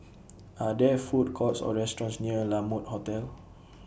Are There Food Courts Or restaurants near La Mode Hotel